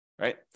right